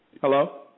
Hello